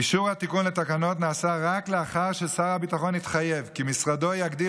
אישור התיקון לתקנות נעשה רק לאחר ששר הביטחון התחייב כי משרדו יגדיל